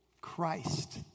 Christ